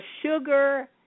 sugar